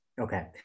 Okay